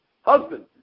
husband